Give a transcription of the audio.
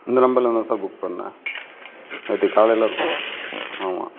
இந்த நம்பர்லயிருந்து தான் சார் புக் பண்ணேன் நேற்று காலையிலயிருக்கும் ஆமாம்